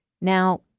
Now